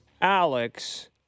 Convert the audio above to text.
Alex